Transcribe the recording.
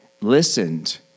listened